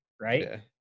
right